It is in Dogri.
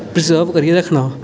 प्रिजर्व करियै रक्खना